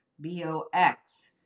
B-O-X